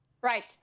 Right